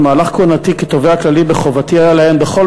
במהלך כהונתי כתובע כללי מחובתי היה לעיין בכל